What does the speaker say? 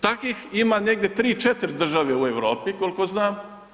Takvih ima negdje 3-4 države u Europi koliko znam.